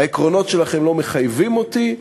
העקרונות שלכם לא מחייבים אותי,